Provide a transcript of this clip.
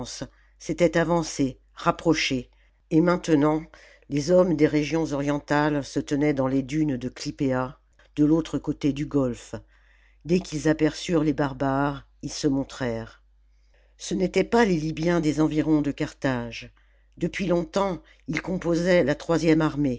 s'étaient avancés rapprochés et maintenant les hommes des régions orientales se tenaient dans les dunes de ctypea de l'autre côté du golfe dès qu'ils aperçurent les barbares ils se montrèrent ce n'étaient pas les libyens des environs de carthage depuis longtemps ils composaient la troisième armée